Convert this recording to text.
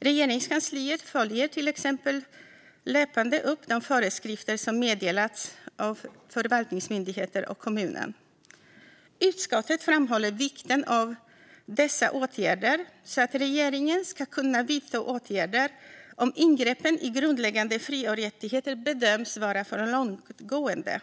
Regeringskansliet följer till exempel löpande upp de föreskrifter som meddelats av förvaltningsmyndigheter och kommuner. Utskottet framhåller vikten av dessa åtgärder så att regeringen ska kunna vidta åtgärder om ingreppen i grundläggande fri och rättigheter bedöms vara för långtgående.